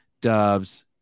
Dubs